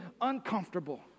uncomfortable